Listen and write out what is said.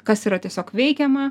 kas yra tiesiog veikiama